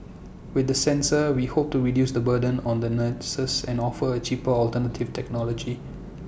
with the sensor we hope to reduce the burden on the nurses and offer A cheaper alternative technology